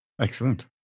Excellent